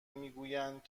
میگویند